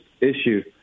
issue